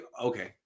okay